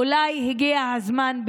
אולי הגיע הזמן,